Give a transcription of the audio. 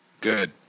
Good